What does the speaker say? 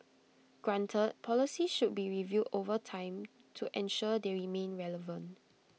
granted policies should be reviewed over time to ensure they remain relevant